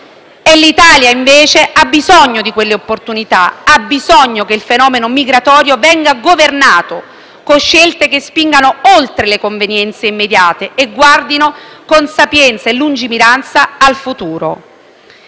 e l'Italia invece ha bisogno di quelle opportunità, ha bisogno che il fenomeno migratorio venga governato con scelte che spingano oltre le convenienze immediate e guardino con sapienza e lungimiranza al futuro.